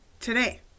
today